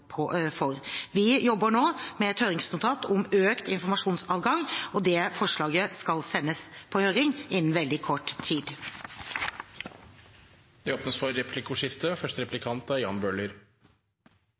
for. Vi jobber nå med et høringsnotat om økt informasjonsadgang. Det forslaget skal sendes på høring innen veldig kort tid. Det blir replikkordskifte.